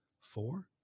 four